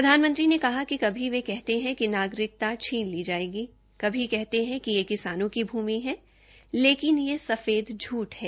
प्रधानमंत्री ने कहा कि कभी वे कहते है कि नागरिकता छीन ली जायेगी कभी कहते है कि यह किसानों की भुमि है लेकिन यह सफेद झूठ है